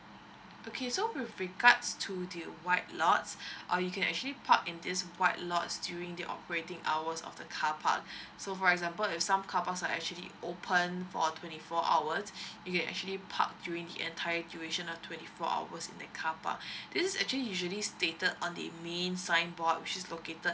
okay so with regards to the white lots uh you can actually park in this white lots during the operating hours of the carpark so for example if some carparks are actually open for twenty four hours you can actually park during the entire duration of twenty four hours in that carpark this is actually usually stated on the main signboard which is located